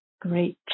Great